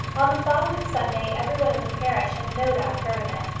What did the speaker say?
on the following sunday every one in the parish had no doubt heard of it,